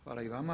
Hvala i vama.